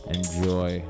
Enjoy